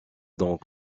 donc